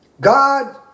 God